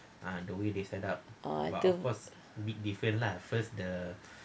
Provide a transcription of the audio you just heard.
ah the